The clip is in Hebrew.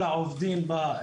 כל העובדים בה,